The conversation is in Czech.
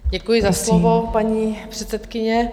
Děkuji za slovo, paní předsedkyně.